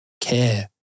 care